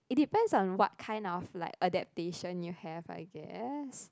it depends on what kind of like adaptation you have I guess